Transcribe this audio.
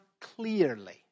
clearly